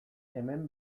hemen